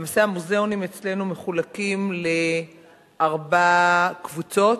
למעשה, המוזיאונים אצלנו מחולקים לארבע קבוצות: